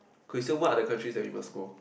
kay so what are the countries that we must go